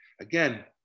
Again